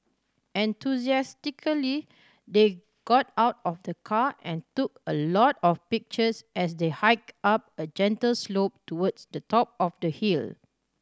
enthusiastically they got out of the car and took a lot of pictures as they hiked up a gentle slope towards the top of the hill